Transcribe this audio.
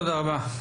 תודה רבה.